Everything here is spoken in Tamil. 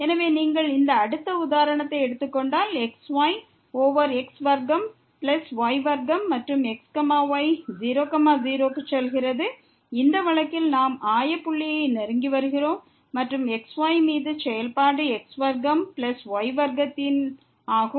எனவே நீங்கள் இந்த அடுத்த உதாரணத்தை எடுத்துக்கொண்டால் xy ஓவர் x வர்க்கம் பிளஸ் y வர்க்கம் மற்றும் x y 0 0 க்கு செல்கிறது இந்த வழக்கில் நாம் ஆய புள்ளியை நெருங்கி வருகிறோம் மற்றும் xy மீது செயல்பாடு x வர்க்கம் பிளஸ் y வர்க்கம் ஆகும்